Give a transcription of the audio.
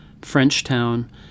Frenchtown